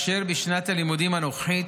ובשנת הלימודים הנוכחית